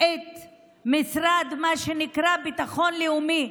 את משרד, מה שנקרא, ביטחון לאומי,